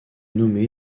nommé